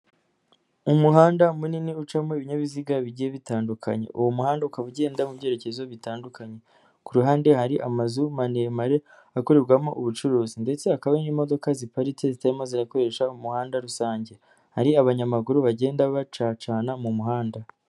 Umuhanda munini ucamo ibinyabiziga bigiye bitandukanye, uwo muhanda ukaba ugenda mu byerekezo bitandukanye, ku ruhande hari amazu maremare akorerwamo ubucuruzi, ndetse hakaba n'imodoka ziparitse zitarimo ziyakoresha umuhanda rusange, hari abanyamaguru bagenda bacacana mu muhanda.